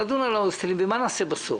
ומה נעשה בסוף?